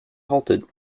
halted